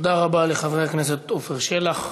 תודה רבה לחבר הכנסת עפר שלח.